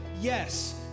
yes